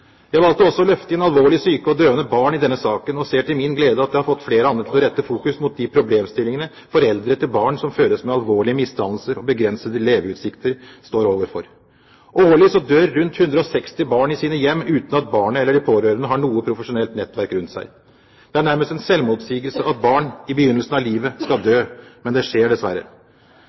Jeg valgte også å løfte inn alvorlig syke og døende barn i denne saken, og ser til min glede at det har fått flere andre til å rette fokus mot de problemstillingene foreldre til barn som fødes med alvorlige misdannelser og begrensede leveutsikter, står overfor. Årlig dør rundt 160 barn i sitt hjem uten at barnet eller de pårørende har noe profesjonelt nettverk rundt seg. Det er nærmest en selvmotsigelse at barn, i begynnelsen av livet, skal dø. Men det skjer, dessverre.